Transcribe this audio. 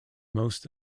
most